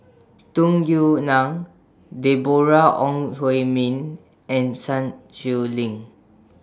Tung Yue Nang Deborah Ong Hui Min and Sun Xueling